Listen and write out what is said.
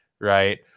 Right